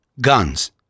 guns